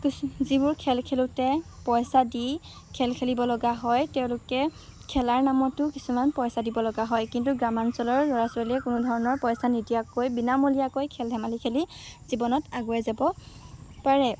শিকি যিবোৰ খেল খেলোঁতে পইচা দি খেল খেলিব লগা হয় তেওঁলোকে খেলাৰ নামতো কিছুমান পইচা দিব লগা হয় কিন্তু গ্ৰামাঞ্চলৰ ল'ৰা ছোৱালীয়ে কোনো ধৰণৰ পইচা নিদিয়াকৈ বিনামূলীয়াকৈ খেল ধেমালি খেলি জীৱনত আগুৱাই যাব পাৰে